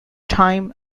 time